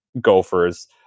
gophers